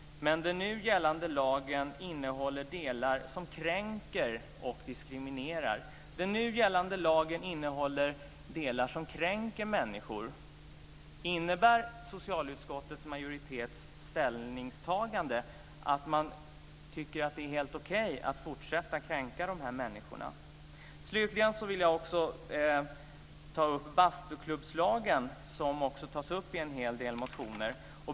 Den nu gällande lagen innehåller delar som kränker och diskriminerar människor. Innebär socialutskottets majoritets ställningstagande att man tycker att det är helt okej att fortsätta att kränka dessa människor? Slutligen vill jag ta upp frågan om bastuklubbslagen. Den tas upp i en hel del motioner.